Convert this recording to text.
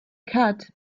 cut